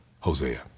Hosea